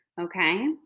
okay